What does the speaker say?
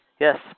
Yes